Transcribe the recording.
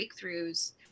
breakthroughs